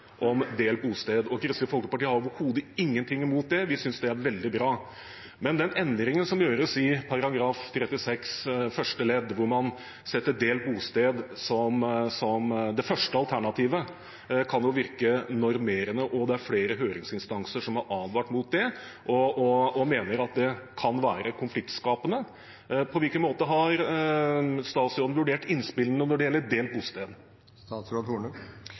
om delt bosted. Kristelig Folkeparti har overhodet ingenting imot det, vi synes det er veldig bra. Men den endringen som gjøres i § 36 første ledd, hvor man setter delt bosted som det første alternativet, kan virke normerende, og det er flere høringsinstanser som har advart mot det og mener at det kan være konfliktskapende. På hvilken måte har statsråden vurdert innspillene når det gjelder delt